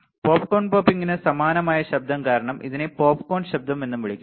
popcorn പോപ്പിംഗിന് സമാനമായ ശബ്ദം കാരണം ഇതിനെ പോപ്കോൺ ശബ്ദം എന്നും വിളിക്കുന്നു